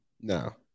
No